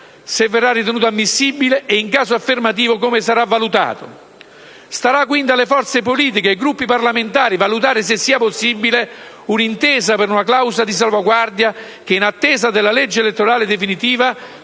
se verrà ritenuto ammissibile e in caso affermativo come sarà valutato. Starà quindi alle forze politiche e ai Gruppi parlamentari valutare se sia possibile un'intesa per una clausola di salvaguardia che, in attesa della legge elettorale definitiva,